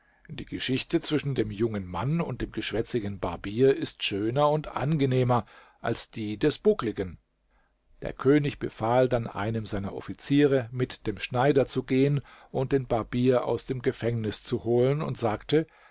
die geschichte zwischen dem jungen mann und dem geschwätzigen barbier ist schöner und angenehmer als die des buckligen der könig befahl dann einem seiner offiziere mit dem schneider zu gehen und den barbier aus dem gefängnis zu holen und sagte